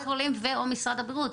קופת חולים ו/או משרד הבריאות,